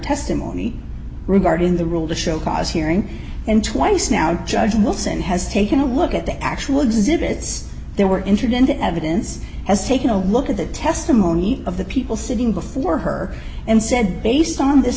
testimony regarding the rule to show cause hearing and twice now judge wilson has taken a look at the actual exhibits they were injured in the evidence as taking a look at the testimony of the people sitting before her and said based on this